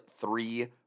three